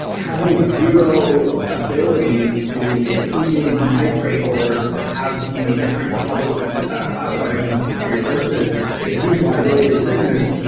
having zero ability to easily migrate or have you know different public cloud providers compete for your services is a huge liability as a business.